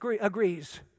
agrees